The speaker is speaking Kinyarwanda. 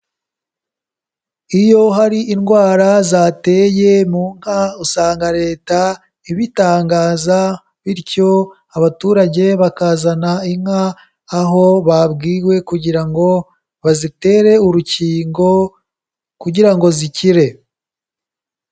Iyo hari indwara zateye mu nka, usanga Leta ibitangaza bityo abaturage bakazana inka aho babwiwe kugira ngo bazitere urukingo kugira ngo zikire.